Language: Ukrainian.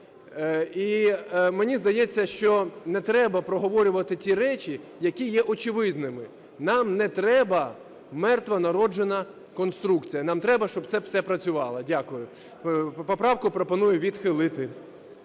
І мені здається, що не треба проговорювати ті речі, які є очевидними. Нам не треба "мертвонароджена конструкція", нам треба, щоб це все працювало. Дякую. Поправку пропоную відхилити.